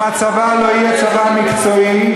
אם הצבא לא יהיה צבא מקצועי,